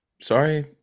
sorry